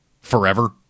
forever